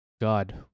God